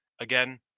again